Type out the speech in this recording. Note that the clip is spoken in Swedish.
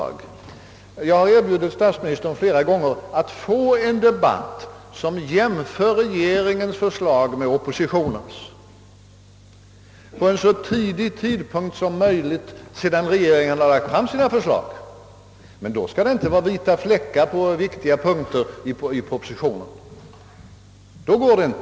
Jag har flera gånger erbjudit statsministern en debatt som jämför regeringens förslag med oppositionens, så tidigt som möjligt sedan regeringen lagt fram sina förslag. Men då skall det inte vara vita fläckar på viktiga punkter i propositionen — det läget omöjliggör en verklig debatt.